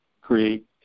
create